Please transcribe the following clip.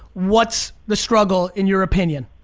what's the struggle in your opinion?